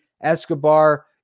Escobar